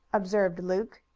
observed luke.